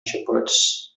shepherds